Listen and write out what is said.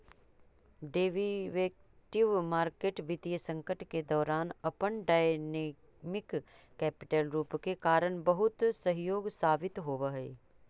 derivatives market वित्तीय संकट के दौरान अपन डायनेमिक कैपिटल रूप के कारण बहुत सहयोगी साबित होवऽ हइ